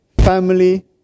family